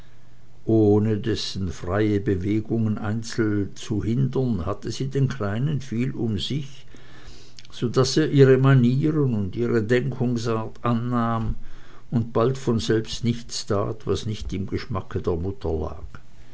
ohne dessen freie bewegungen einzeln zu hindern hatte sie den kleinen viel um sich so daß er ihre manieren und ihre denkungsart annahm und bald von selbst nichts tat was nicht im geschmacke der mutter lag